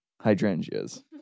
hydrangeas